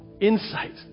insight